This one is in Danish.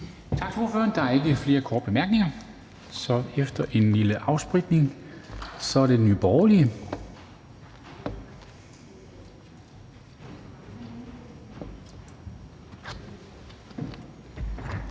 Tak til ordføreren. Der er ikke flere korte bemærkninger. Så efter en lille afspritning er det Nye Borgerliges